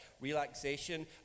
relaxation